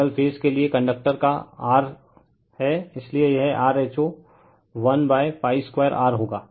single phase के लिए conductor का R है इसलिए यह rho l pi r 2 होगा